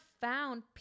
found